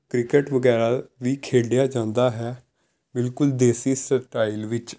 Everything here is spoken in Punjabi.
ਕ੍ਰਿਕੇਟ ਵਗੈਰਾ ਵੀ ਖੇਡਿਆ ਜਾਂਦਾ ਹੈ ਬਿਲਕੁਲ ਦੇਸੀ ਸਟਾਇਲ ਵਿੱਚ